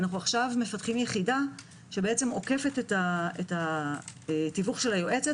אנחנו עכשיו מפתחים יחידה שעוקפת את התיווך של היועצת